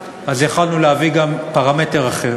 מה, אתה רוצה להחזיר גם את המרוקאים, אחמד טיבי?